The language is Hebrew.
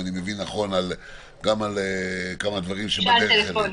אם אני מבין נכון על כמה דברים שבדרך אלינו.